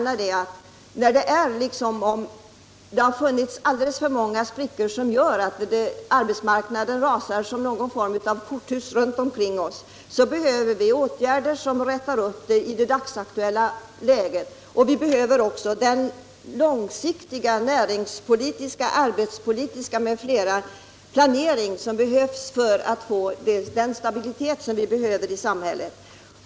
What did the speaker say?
När det nu har blivit så många sprickor i systemet att arbetsmarknaden rasar nästan som ett korthus runt omkring oss, så behöver vi känna att man vill vidta åtgärder för att räta upp det dagsaktuella läget. Vi behöver också en långsiktig näringspolitisk och arbetsmarknadspolitisk planering för att få den önskade stabiliteten i samhället.